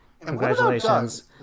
Congratulations